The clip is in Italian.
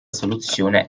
soluzione